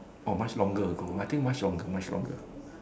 or much longer ago I think much longer much longer